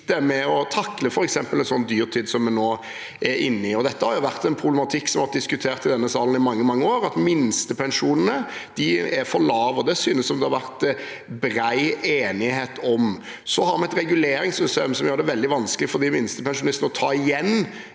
med å takle f.eks. en sånn dyrtid som vi nå er inne i. Dette har jo vært en problematikk som har vært diskutert i denne salen i mange, mange år, at minstepensjonene er for lave. Det synes det å ha vært bred enighet om. Så har vi et reguleringssystem som gjør det veldig vanskelig for minstepensjonistene å ta igjen